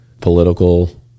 political